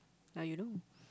now you know